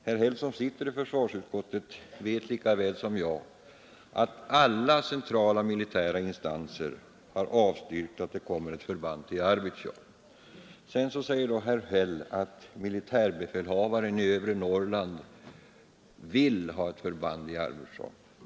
Herr Häll, som sitter i försvarsutskottet, vet lika väl som jag att alla centrala militära instanser har avstyrkt att det kommer ett förband till Arvidsjaur. Ändå säger herr Häll att militärbefälhavaren i övre Norrland vill ha ett förband i Arvidsjaur.